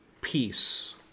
peace